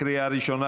לקריאה ראשונה.